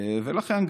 ולכן,